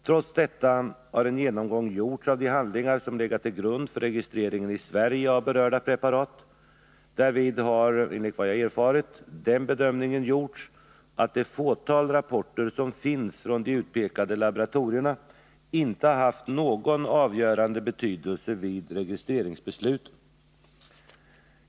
Trots detta har en genomgång gjorts av de handlingar som legat till grund för registreringen i Sverige av berörda preparat. Därvid har enligt vad jag erfarit den bedömningen gjorts att det fåtal rapporter som finns från de utpekade laboratorierna inte har haft någon avgörande betydelse vid registeringsbesluten.